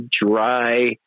dry